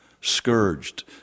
scourged